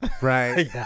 Right